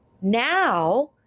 Now